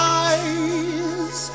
eyes